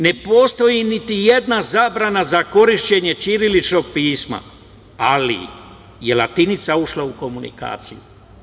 Ne postoji niti jedna zabrana za korišćenje ćiriličnog pisma, ali je latinica ušla u komunikaciju.